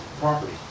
property